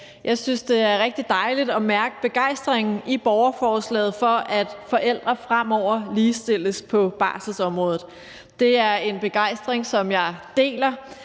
Jeg synes, det er rigtig dejligt at mærke begejstringen i borgerforslaget for, at forældre fremover ligestilles på barselsområdet. Det er en begejstring, som jeg deler.